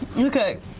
okay.